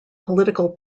political